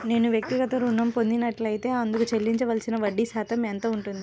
నేను వ్యక్తిగత ఋణం పొందినట్లైతే అందుకు చెల్లించవలసిన వడ్డీ ఎంత శాతం ఉంటుంది?